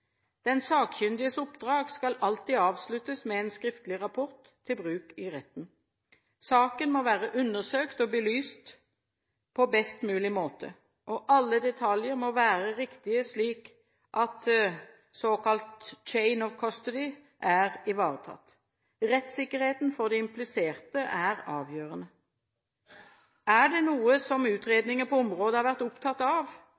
Den sakkyndiges oppdrag skal alltid avsluttes med en skriftlig rapport til bruk i retten. Saken må være undersøkt og belyst på best mulig måte. Alle detaljer må være riktige, slik at den såkalte «chain of custody» er ivaretatt. Rettssikkerheten for de impliserte er avgjørende. Er det noe som utredninger på området har vært opptatt av,